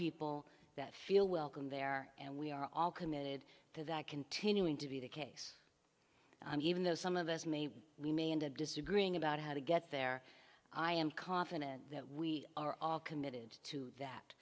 people that feel welcome there and we are all committed to that continuing to be the case even though some of us may we may end up disagreeing about how to get there i am confident that we are all committed to that